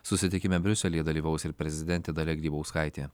susitikime briuselyje dalyvaus ir prezidentė dalia grybauskaitė